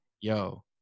Yo